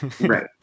Right